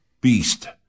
beast